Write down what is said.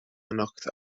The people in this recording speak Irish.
anocht